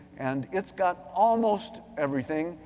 and it's got almost everything.